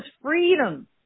freedom